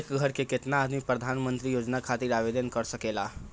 एक घर के केतना आदमी प्रधानमंत्री योजना खातिर आवेदन कर सकेला?